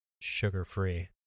sugar-free